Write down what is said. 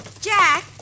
Jack